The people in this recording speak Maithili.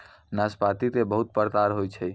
नाशपाती के बहुत प्रकार होय छै